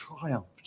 triumphed